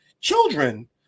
children